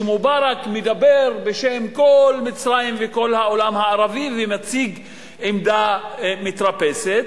שמובארק מדבר בשם כל מצרים וכל העולם הערבי ומציג עמדה מתרפסת,